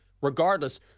Regardless